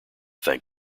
thank